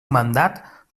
mandat